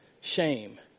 Shame